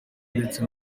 ndetse